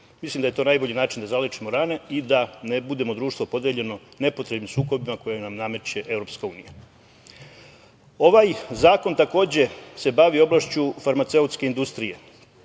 Mislim da je to najbolji način da zalečimo rane i da ne budemo društvo podeljeno nepotrebnim sukobima koje nam nameće EU.Ovaj zakon takođe se bavi oblašću farmaceutske industrije